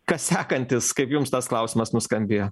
kas sekantis kaip jums tas klausimas nuskambėjo